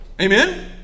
Amen